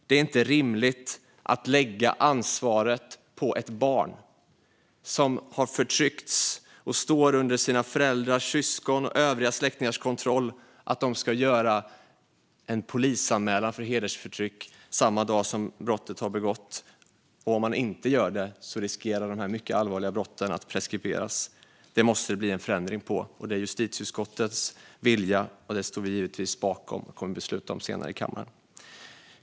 Det är inte rimligt att ett barn som har förtryckts och står under sina föräldrars, syskons och övriga släktingars kontroll ska göra en polisanmälan om hedersförtryck samma dag som brottet har begåtts och att dessa allvarliga brott riskerar att preskriberas om barnet inte gör det. Det är justitieutskottets vilja att det måste bli en förändring på detta, och det står vi givetvis bakom och kommer att besluta om senare i dag.